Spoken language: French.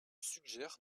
suggère